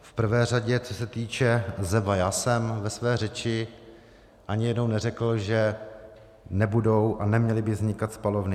V prvé řadě, co se týče ZEVA, já jsem ve své řeči ani jednou neřekl, že nebudou a neměly by vznikat spalovny.